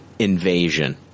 invasion